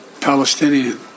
Palestinian